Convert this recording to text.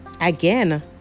Again